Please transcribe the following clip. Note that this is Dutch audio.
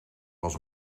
was